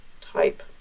type